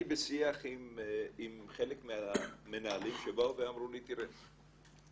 אני בשיח עם חלק מהמנהלים שבאו ואמרו לי, תראה,